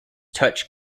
touch